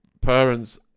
Parents